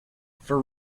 for